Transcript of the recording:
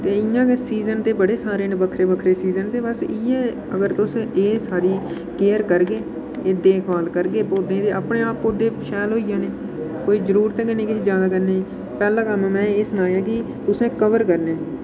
ते इ'यां गै सीजन ते बड़े सारे न बक्खरे बक्खरे सीजन न ते बस इ'यै अगर तुस एह् सारी केयर करगे एह् देख भाल करगे पौधें दी अपने आप पौधें शैल होई जाने कोई जरूरत गै नेईं किश जैदा करने दी पैह्ला कम्मा में एह् सनाया कि तुसें कवर करने